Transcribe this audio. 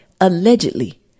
allegedly